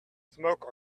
smoke